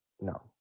no